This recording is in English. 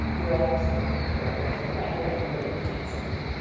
you're all gonna sign up for twitter while you're sitting right here and you're gonna tweet something,